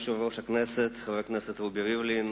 כבוד יושב-ראש הכנסת חבר הכנסת רובי ריבלין,